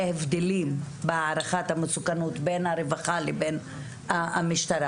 הבדלים בהערכת המסוכנות בין הרווחה לבין המשטרה.